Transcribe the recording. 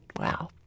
Wow